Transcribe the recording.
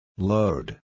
Load